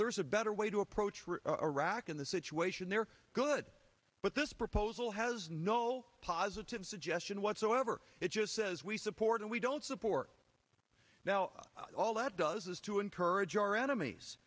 there's a better way to approach iraq in the situation they're good but this proposal has no positive suggestion whatsoever it just says we support and we don't support now all that does is to encourage our enemies